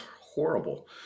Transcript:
horrible